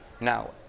Now